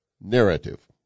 narrative